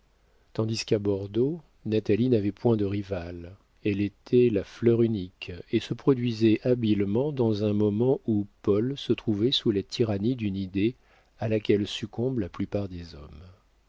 tandis qu'à bordeaux natalie n'avait point de rivales elle était la fleur unique et se produisait habilement dans un moment où paul se trouvait sous la tyrannie d'une idée à laquelle succombent la plupart des hommes